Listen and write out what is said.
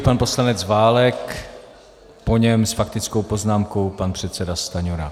Pan poslanec Válek, po něm s faktickou poznámkou pan předseda Stanjura.